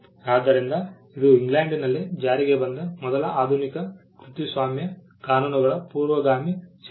ಆದ್ದರಿಂದ ಇದು ಇಂಗ್ಲೆಂಡಿನಲ್ಲಿ ಜಾರಿಗೆ ಬಂದ ಮೊದಲ ಆಧುನಿಕ ಕೃತಿಸ್ವಾಮ್ಯ ಕಾನೂನುಗಳ ಪೂರ್ವಗಾಮಿ ಶಾಸನವಾಗಿದೆ